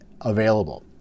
available